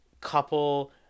couple